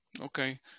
Okay